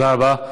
תודה רבה.